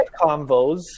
convos